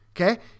Okay